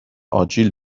آجیل